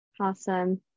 Awesome